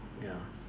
ya